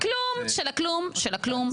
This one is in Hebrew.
מיליון וחצי של כלום של הכלום של הכלום.